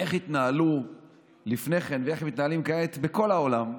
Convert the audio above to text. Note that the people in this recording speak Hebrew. איך התנהלו לפני כן ואיך מתנהלים כעת בכל העולם,